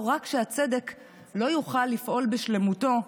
לא רק שהצדק לא יוכל לפעול בשלמותו,